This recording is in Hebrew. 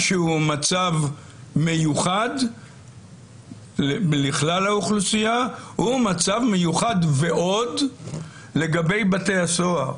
מה שהוא מצב מיוחד לכלל האוכלוסייה הוא מצב מיוחד ועוד לגבי בתי הסוהר.